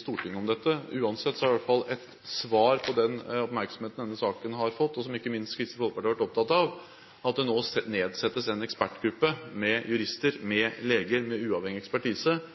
Stortinget om dette. Uansett er det i hvert fall et svar på den oppmerksomheten denne saken har fått, som ikke minst Kristelig Folkeparti har vært opptatt av, at det nå nedsettes en ekspertgruppe med jurister,